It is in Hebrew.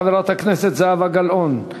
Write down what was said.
חברת הכנסת זהבה גלאון.